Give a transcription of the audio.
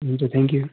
हुन्छ thank you